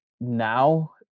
now